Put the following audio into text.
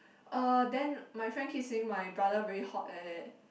uh then my friend keep saying my brother very hot like that